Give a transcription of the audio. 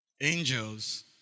Angels